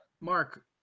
Mark